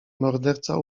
morderca